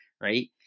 Right